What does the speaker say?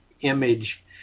image